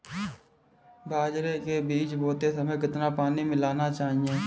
बाजरे के बीज बोते समय कितना पानी मिलाना चाहिए?